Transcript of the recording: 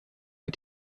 der